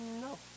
No